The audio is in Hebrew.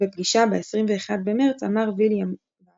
בפגישה ב-21 במרץ אמר ויליאם ו.